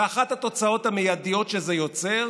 ואחת התוצאות המיידיות שזה יוצר